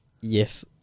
yes